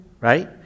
right